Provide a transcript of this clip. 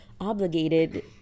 obligated